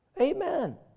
Amen